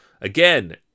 Again